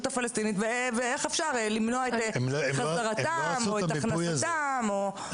הפלסטינית ואיך אפשר למנוע את חזרתם או את